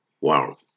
Wow